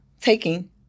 taking